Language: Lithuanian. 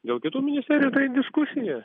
dėl kitų ministerijų tai diskusija